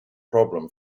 problem